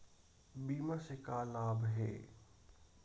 बीमा से का लाभ हे?